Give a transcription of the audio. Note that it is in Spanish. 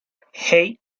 hey